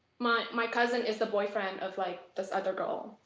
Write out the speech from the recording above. my my cousin is the boyfriend of like this other girl.